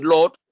Lord